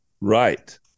right